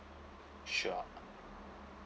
sure uh